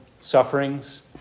sufferings